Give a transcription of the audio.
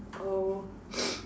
oh